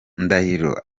ndahiro